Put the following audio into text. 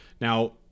Now